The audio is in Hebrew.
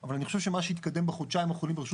אבל אני חושב שמה שהתקדם בחודשיים האחרונים ברשות